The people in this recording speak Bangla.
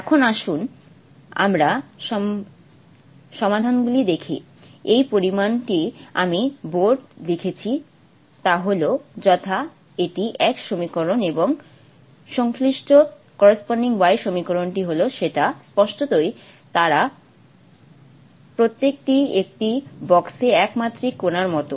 এখন আসুন আমরা সমাধানগুলি দেখি যে পরিমাণটি আমি বোর্ডে লিখেছি তা হল যথা এটি X সমীকরণ এবং সংশ্লিষ্ট Y সমীকরণটি হল সেটা স্পষ্টতই তারা প্রত্যেকটি একটি বক্সে এক মাত্রিক কণার মতো